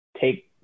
take